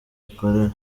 akorera